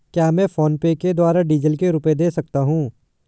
क्या मैं फोनपे के द्वारा डीज़ल के रुपए दे सकता हूं?